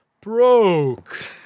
broke